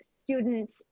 student